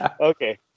Okay